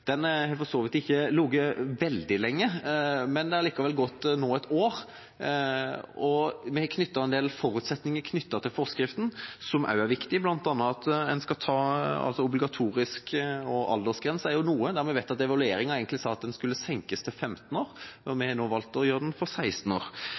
Den har for så vidt ikke ligget veldig lenge, men det har likevel gått et år nå. Vi har knyttet en del forutsetninger til forskriften som også er viktige. Når det gjelder aldersgrensen, vet vi at evalueringen egentlig sa at den skulle senkes til 15 år, men vi